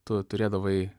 tu turėdavai